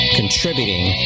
contributing